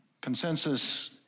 Consensus